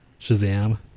Shazam